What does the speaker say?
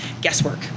guesswork